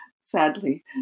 sadly